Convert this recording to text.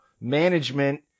management